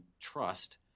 trust